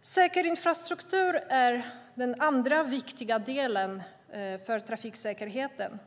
Säker infrastruktur är den andra viktiga delen för trafiksäkerheten.